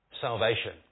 Salvation